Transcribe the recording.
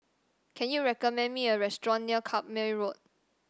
can you recommend me a restaurant near Carpmael Road